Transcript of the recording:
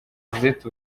josette